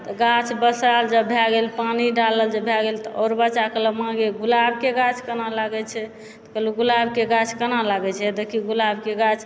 तऽ गाछ बैसाएल जभ भए गेल पानी डालल जे भए गेल तऽ आओर बच्चा कहलक माँ गे गुलाबके गाछ केना लागै छै तऽ कहलहुँ गुलाबके गाछ केना लागै छै देखहि गुलाबके गाछ